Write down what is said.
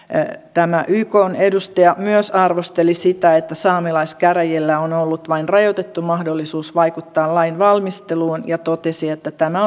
tämä ykn edustaja myös arvosteli sitä että saamelaiskäräjillä on ollut vain rajoitettu mahdollisuus vaikuttaa lain valmisteluun ja totesi että tämä